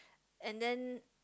and then